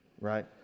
right